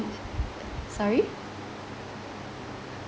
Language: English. sorry